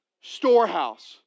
storehouse